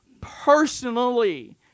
personally